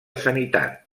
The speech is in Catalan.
sanitat